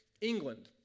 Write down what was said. England